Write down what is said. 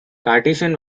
cartesian